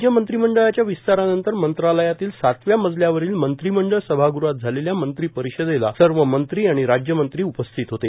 राज्य मंत्रिमंडळाच्या विस्तारानंतर मंत्रालयातील सातव्या मजल्यावरील मंत्रिमंडळ सभागृहात झालेल्या मंत्री परिषदेला सर्व मंत्री आणि राज्य मंत्री उपस्थित होते